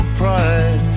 pride